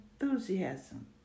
enthusiasm